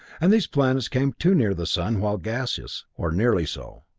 and these planets came too near the sun while gaseous, or nearly so,